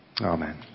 Amen